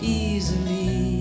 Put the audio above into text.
easily